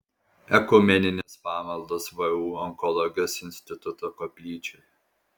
ekumeninės pamaldos vu onkologijos instituto koplyčioje